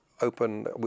open